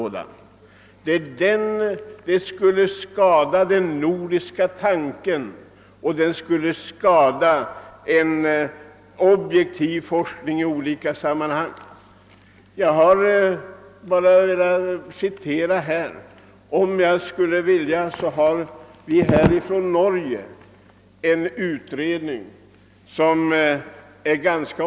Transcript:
Det skulle skada den nordiska tanken och det skulle 'skada en objektiv forskning i: olika sammanhang. Jag skulle kunna citera ur ett betänkande från en ganska omfattande utredning som gjorts i Norge.